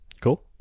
Cool